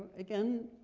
again,